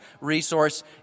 resource